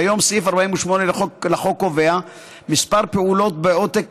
כיום סעיף 48 לחוק קובע כמה פעולות בעותק